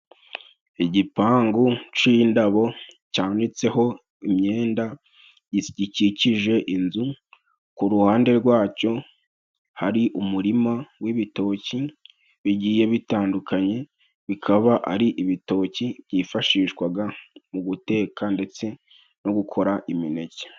Igipangu c'indabo cyanitseho imyenda, gikikije inzu ku ruhande rwacyo hari umurima w'ibitoki bigiye bitandukanye, bikaba ari ibitoki byifashishwaga mu guteka ndetse no gukora imineke.